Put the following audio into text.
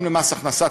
גם מס הכנסה,